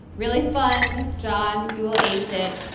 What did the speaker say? really fun, john. you will ace it.